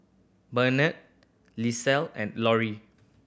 Bernetta Lisette and Lorie